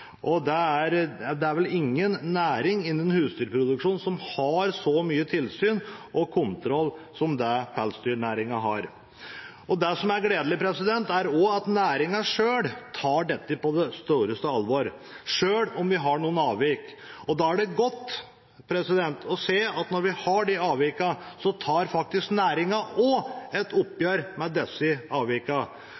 har økt betraktelig. Det er vel ingen næring innen husdyrproduksjon som har så mye tilsyn og kontroll som det pelsdyrnæringen har. Det som er gledelig, er også at næringen selv tar dette på det største alvor, selv om vi har noen avvik. Da er det godt å se at når vi har de avvikene, så tar faktisk